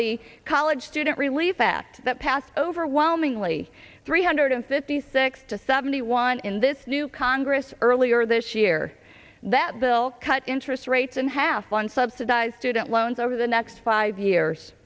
the college student relief fact that passed overwhelmingly three hundred fifty six to seventy one in this new congress earlier this year that will cut interest rates in half on subsidized student loans over the next five years